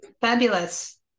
fabulous